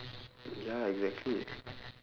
ya exactly